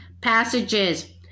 passages